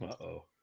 uh-oh